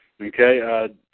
Okay